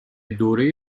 دوره